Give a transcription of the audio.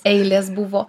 eilės buvo